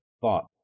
thought